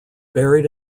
buried